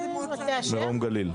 מרום גליל.